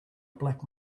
black